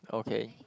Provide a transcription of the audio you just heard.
okay